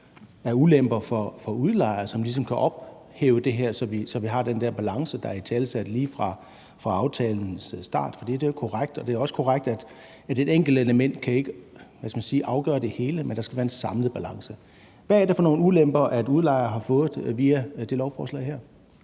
som er ulemper for udlejere, og som ligesom kan opveje det her, så vi har den der balance, der blev italesat lige fra aftalens start? For det er jo korrekt, at det blev den, og det er også korrekt, at et enkelt element ikke kan afgøre det hele, for der skal være en samlet balance. Hvad er det for nogle ulemper, som udlejere har fået via det her lovforslag?